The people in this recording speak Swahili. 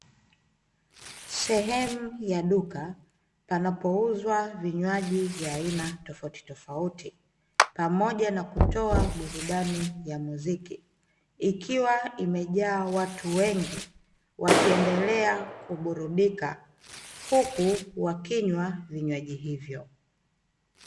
Sehemu ya duka panapouzwa inywaji vya aina tofautitofauti pamoja na kutoa burudani ya muziki, ikiwa imejaa watu wengi wakiendelea kuburudika huku wakinywa vinywaji hivyo.